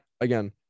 Again